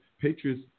Patriots